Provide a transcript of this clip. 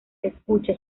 escucha